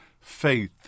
faith